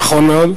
נכון מאוד.